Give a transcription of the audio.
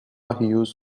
هیوز